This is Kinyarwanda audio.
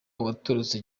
watorotse